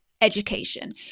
education